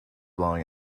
blowing